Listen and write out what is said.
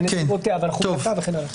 "תוכנם של כתבי אישום